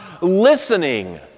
listening